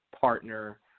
partner